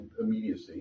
immediacy